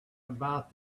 about